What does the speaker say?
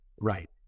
right